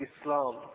Islam